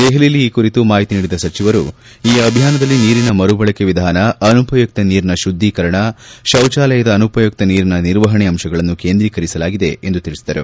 ದೆಹಲಿಯಲ್ಲಿ ಈ ಕುರಿತು ಮಾಹಿತಿ ನೀಡಿದ ಸಚಿವರು ಈ ಅಭಿಯಾನದಲ್ಲಿ ನೀರಿನ ಮರುಬಳಕೆ ವಿಧಾನ ಅನುಪಯುಕ್ತ ನೀರಿನ ಶುದ್ವೀಕರಣ ಶೌಚಾಲಯದ ಅನುಪಯುಕ್ತ ನೀರಿನ ನಿರ್ವಹಣೆ ಅಂಶಗಳನ್ನು ಕೇಂದ್ರೀಕರಿಸಲಾಗಿದೆ ಎಂದು ತಿಳಿಸಿದರು